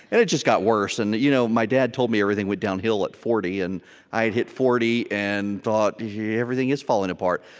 and it just got worse. and you know my dad told me everything went downhill at forty, and i had hit forty and thought, everything is falling apart.